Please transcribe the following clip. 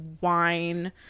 wine